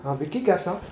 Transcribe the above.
ஆ விக்கி கேப்ஸா